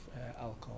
alcohol